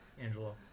Angelo